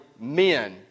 men